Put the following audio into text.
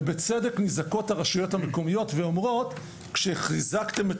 ובצדק נזעקות הרשויות המקומיות ואומרות: כשחיזקתם את